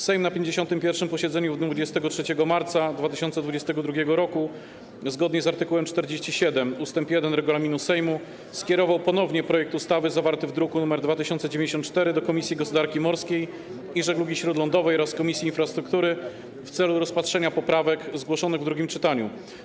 Sejm na 51. posiedzeniu w dniu 23 marca 2022 r., zgodnie z art. 47 ust. 1 regulaminu Sejmu, skierował ponownie projekt ustawy zawarty w druku nr 2094 do Komisji Gospodarki Morskiej i Żeglugi Śródlądowej oraz Komisji Infrastruktury w celu rozpatrzenia poprawek zgłoszonych w drugim czytaniu.